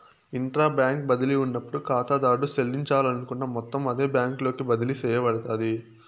intra bank బదిలీ ఉన్నప్పుడు కాతాదారుడు సెల్లించాలనుకున్న మొత్తం అదే బ్యాంకులోకి బదిలీ సేయబడతాది